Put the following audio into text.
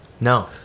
No